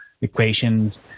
equations